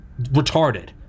retarded